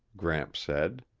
gramps said.